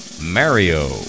Mario